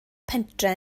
pentref